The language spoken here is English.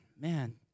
man